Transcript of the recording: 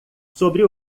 sobre